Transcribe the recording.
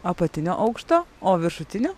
apatinio aukšto o viršutinio